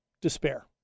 despair